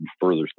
further